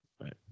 Right